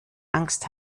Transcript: angst